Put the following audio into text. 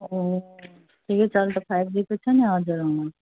ओ ठिकै छ अहिले त फाइभ जीको छ नि हजुर अँ